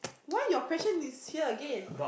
why your question is here again